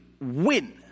win